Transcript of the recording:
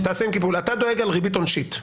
אתה דואג על ריבית עונשית.